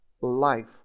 life